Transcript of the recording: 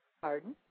Pardon